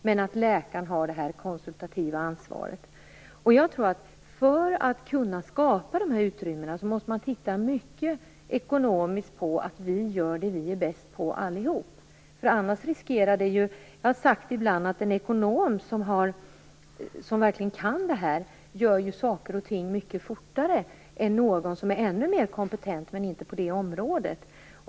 Men läkarna har det konsultativa ansvaret. För att kunna skapa dessa utrymmen tror jag att man måste titta mycket ekonomiskt på att vi alla gör det som vi är bäst på. Jag brukar säga att en ekonom som verkligen kan det här gör saker och ting mycket fortare än en som är ännu mer kompetent men inte på detta område.